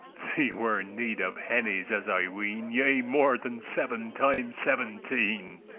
thee were need of hennes, as i ween, yea more than seven times seventeen.